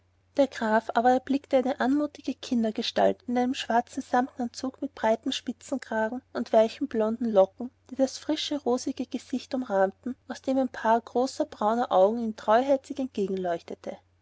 der graf aber erblickte eine anmutige kindergestalt in einem schwarzen samtanzug mit breitem spitzenkragen und weichen blonden locken die das frische rosige gesicht umrahmten aus dem ein paar großer brauner augen ihm treuherzig